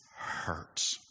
hurts